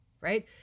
right